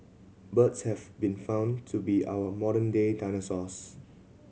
birds have been found to be our modern day dinosaurs